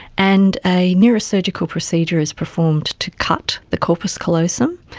and a neurosurgical procedure is performed to cut the corpus callosum,